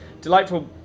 delightful